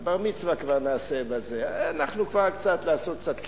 את הבר-מצווה כבר נעשה, אנחנו, לעשות קצת כסף.